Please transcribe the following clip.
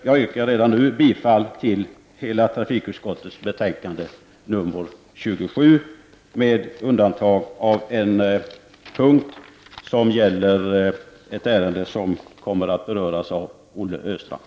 Jag yrkar bifall till hemställan i trafikutskottets betänkande 27 med undantag från en punkt som gäller ett ärende som kommer att tas upp av Olle Östrand.